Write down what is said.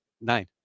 Nine